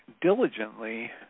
diligently